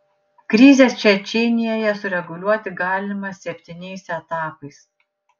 krizę čečėnijoje sureguliuoti galima septyniais etapais